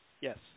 Yes